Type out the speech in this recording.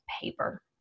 paper